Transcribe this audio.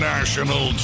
National